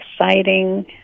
exciting